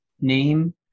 name